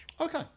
Okay